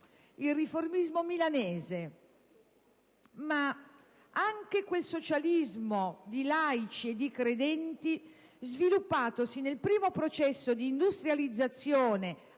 il riformismo milanese, ma anche quel socialismo di laici e di credenti sviluppatosi nel primo processo di industrializzazione